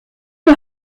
for